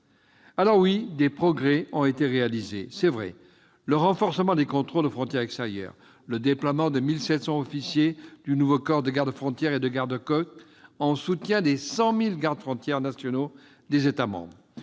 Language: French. Alors oui, des progrès ont été réalisés, parmi lesquels le renforcement des contrôles aux frontières extérieures, le déploiement de 1 700 officiers du nouveau corps de gardes-frontières et de gardes-côtes en appui aux 100 000 gardes-frontières nationaux des États membres,